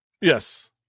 Yes